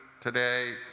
today